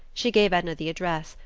she gave edna the address,